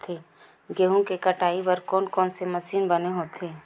गेहूं के कटाई बर कोन कोन से मशीन बने होथे?